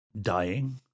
dying